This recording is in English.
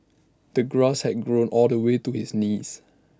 the grass had grown all the way to his knees